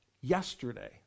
yesterday